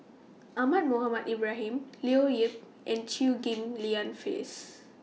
Ahmad Mohamed Ibrahim Leo Yip and Chew Ghim Lian Phyllis